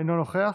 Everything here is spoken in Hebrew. אינו נוכח.